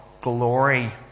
glory